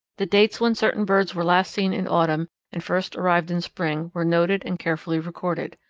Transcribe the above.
the dates when certain birds were last seen in autumn and first arrived in spring were noted and carefully recorded.